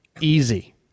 easy